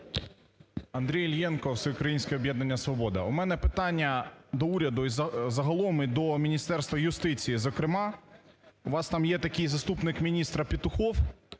Андрій Іллєнко, Всеукраїнське об'єднання "Свобода". У мене питання до уряду загалом і до Міністерства юстиції, зокрема, у вас там є такий заступник міністра Петухов,